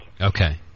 Okay